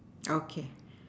okay